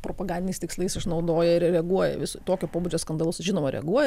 propagandiniais tikslais išnaudoja ir reaguoja tokio pobūdžio skandalus žinoma reaguoja